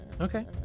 Okay